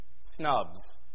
snubs